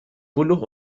puluh